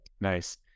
Nice